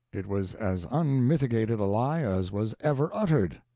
it was as unmitigated a lie as was ever uttered.